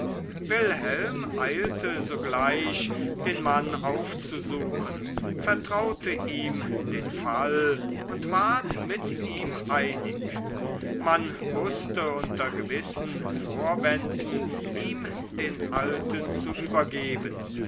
wilhelm eilte sogleich den mann aufzusuchen vertraute ihm den fall und ward mit ihm einig man wußte unter gewissen vorwänden ihm den alten zu übergeben